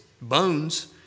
bones